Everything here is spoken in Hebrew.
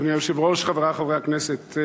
אדוני היושב-ראש, חברי חברי הכנסת,